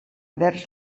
vers